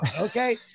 Okay